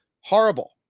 horrible